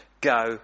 go